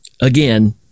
again